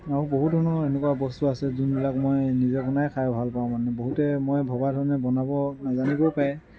আৰু বহুত ধৰণৰ এনেকুৱা বস্তু আছে যোনবিলাক মই নিজে বনাই খাই ভাল পাওঁ মানে বহুতে মই ভবা ধৰণে বনাব নাযানিবও পাৰে